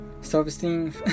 self-esteem